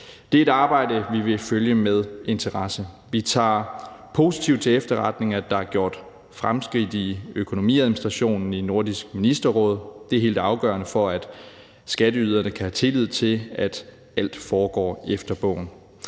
Det er et arbejde, som vi vil følge med interesse. Vi tager positivt til efterretning, at der er gjort fremskridt i økonomiadministrationen i Nordisk Ministerråd. Det er helt afgørende for, at skatteyderne kan have tillid til, at alt foregår efter bogen.